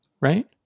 right